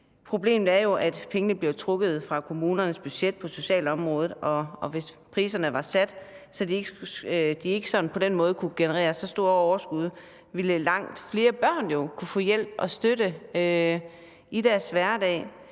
Problemet er, at pengene bliver trukket fra kommunernes budget på socialområdet, og hvis priserne var sat, så de ikke på den måde kunne generere så store overskud, ville langt flere børn jo kunne få hjælp og støtte i deres hverdag.